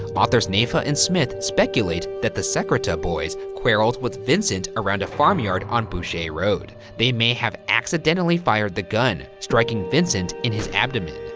authors naifeh ah and smith speculate that the secretan boys quarreled with vincent around a farmyard on boucher road. they may have accidentally fired the gun, striking vincent in his abdomen.